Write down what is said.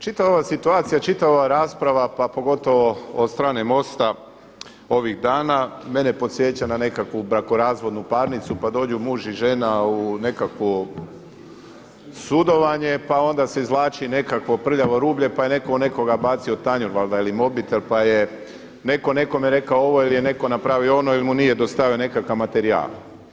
Čitava ova situacija, čitava rasprava pa pogotovo od strane MOST-a ovih dana mene podsjeća na nekakvu brakorazvodnu parnicu pa dođu muž i žena u nekakvo sudovanje, pa onda se izvlači nekakvo prljavo rublje pa je netko na nekoga bacio tanjur valjda ili mobitel pa je netko nekome rekao ovo ili je netko napravio ono ili mu nije dostavio nekakav materijal.